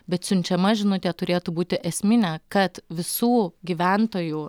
bet siunčiama žinutė turėtų būti esminė kad visų gyventojų